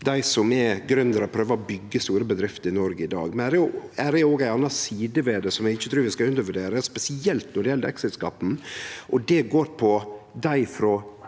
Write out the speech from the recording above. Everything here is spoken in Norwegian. dei som er gründerar og prøver å byggje store bedrifter i Noreg i dag, men det er òg ei anna side ved det som eg ikkje trur vi skal undervurdere, spesielt når det gjeld exit-skatten. Det gjeld dei frå